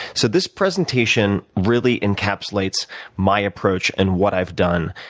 so this presentation really encapsulates my approach and what i've done,